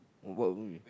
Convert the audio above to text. what were you